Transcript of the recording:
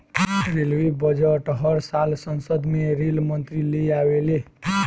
railway budget हर साल संसद में रेल मंत्री ले आवेले ले